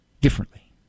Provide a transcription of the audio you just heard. differently